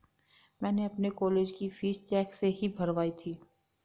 मैंने अपनी कॉलेज की फीस चेक से ही भरवाई थी